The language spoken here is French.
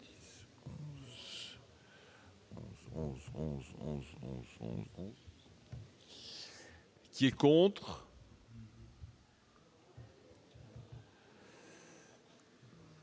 Qui est contre.